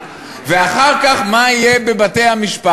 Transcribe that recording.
ואחר כך מה יהיה בבתי-המשפט?